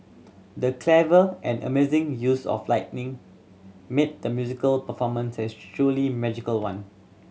the clever and amazing use of lighting made the musical performance a truly magical one